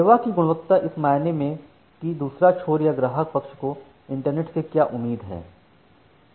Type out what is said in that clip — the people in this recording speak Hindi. सेवा की गुणवत्ता इस मायने में कि दूसरा छोर या ग्राहक पक्ष को इंटरनेट से क्या उम्मीद है